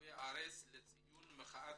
ברחבי הארץ לציון מחאת